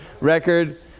record